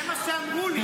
זה מה שאמרו לי.